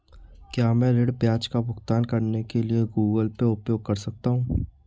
क्या मैं ऋण ब्याज का भुगतान करने के लिए गूगल पे उपयोग कर सकता हूं?